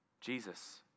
Jesus